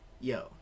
yo